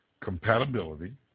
compatibility